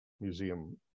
museum